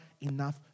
enough